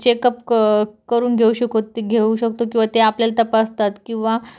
checkup क करून घेऊ शकत ते घेऊ शकतो किंवा ते आपल्याला तपासतात किंवा